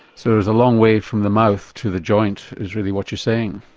so it's a long way from the mouth to the joint is really what you're saying?